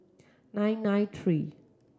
nine nine three